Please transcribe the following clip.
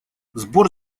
сбор